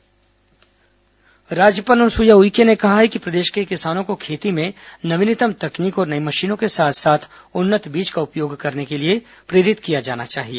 राज्यपाल कृषि सम्मेलन राज्यपाल अनुसुईया उइके ने कहा है कि प्रदेश के किसानों को खेती में नवीनतम तकनीक और नई मशीनों के साथ साथ उन्नत बीज का उपयोग करने के लिए प्रेरित किया जाना चाहिए